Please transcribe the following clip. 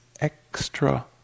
extra